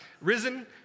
Risen